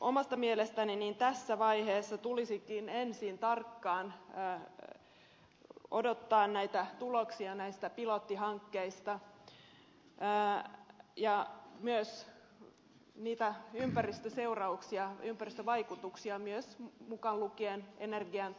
omasta mielestäni tässä vaiheessa tulisikin ensin tarkkaan odottaa tuloksia näistä pilottihankkeista ja myös ympäristöseurauksista ympäristövaikutuksista mukaan lukien myös energian kulutus